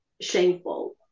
shameful